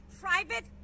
private